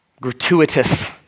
gratuitous